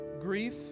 Grief